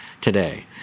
today